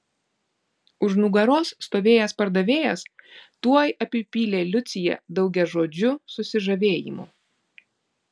už nugaros stovėjęs pardavėjas tuoj apipylė liuciją daugiažodžiu susižavėjimu